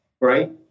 right